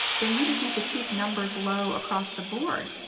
then you just need to keep numbers low across the board